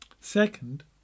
Second